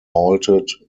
halted